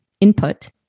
input